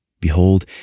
Behold